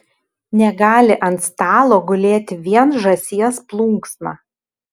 negali ant stalo gulėti vien žąsies plunksna